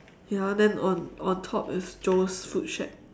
ya then on on top is Joe's food shack